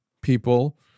people